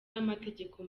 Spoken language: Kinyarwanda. n’amategeko